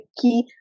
key